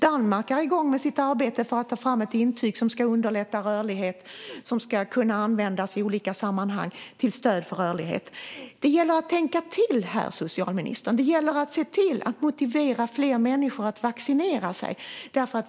Danmark är igång med sitt arbete för att ta fram ett intyg som ska underlätta rörlighet och som ska kunna användas i olika sammanhang till stöd för rörlighet. Det gäller att tänka till här, socialministern. Det gäller att se till att motivera fler människor att vaccinera sig.